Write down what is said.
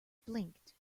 blinked